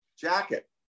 jacket